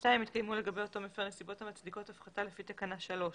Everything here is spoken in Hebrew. (2) התקיימו לגבי אותו מפר נסיבות המצדיקות הפחתה לפי תקנה 3,